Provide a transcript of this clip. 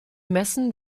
messen